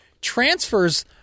transfers